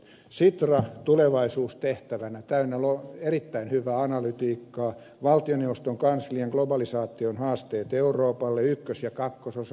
sitran tulevaisuus tehtävänä täynnä erittäin hyvää analytiikkaa valtioneuvoston kanslian globalisaation haasteet euroopalle ykkös ja kakkososa